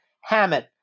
Hammett